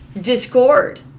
discord